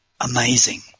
amazing